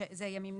שאלה ימים נפרדים,